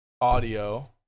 audio